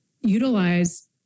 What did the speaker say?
utilize